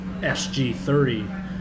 SG30